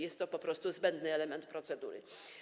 Jest to po prostu zbędny element procedury.